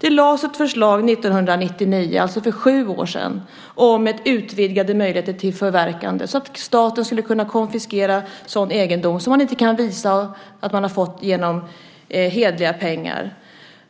Det lades fram ett förslag 1999, för sju år sedan, om utvidgade möjligheter till förverkande så att staten skulle kunna konfiskera sådan egendom där man inte kan visa att man har fått den med hjälp av hederliga pengar.